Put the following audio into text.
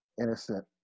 innocent